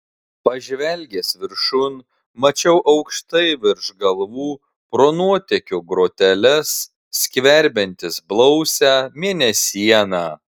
pažvelgęs viršun mačiau aukštai virš galvų pro nuotėkio groteles skverbiantis blausią mėnesieną